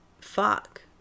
fuck